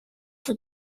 the